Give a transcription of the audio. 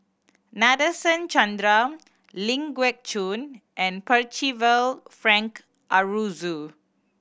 Nadasen Chandra Ling Geok Choon and Percival Frank Aroozoo